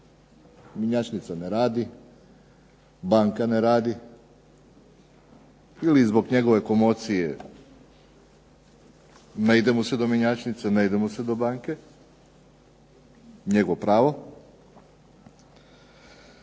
Mjenjačnica ne radi, banka ne radi ili zbog njegove komocije ne ide mu se do mjenjačnice, ne ide mu se do banke, njegovo pravo.